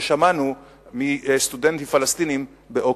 ששמענו מסטודנטים פלסטינים באוקספורד.